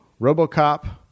robocop